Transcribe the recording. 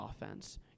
offense